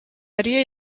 idea